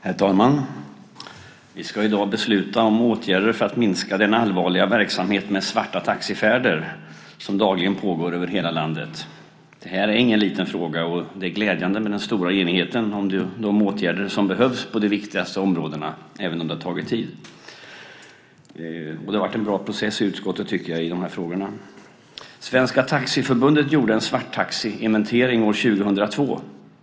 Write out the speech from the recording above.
Herr talman! Vi ska i dag besluta om åtgärder för att minska den allvarliga verksamhet med svarta taxifärder som dagligen pågår över hela landet. Det är ingen liten fråga, och det är glädjande med den stora enigheten om de åtgärder som behövs på de viktigaste områdena, även om det tagit tid. Det har varit en bra process i utskottet i dessa frågor. Svenska Taxiförbundet gjorde en svarttaxiinventering år 2002.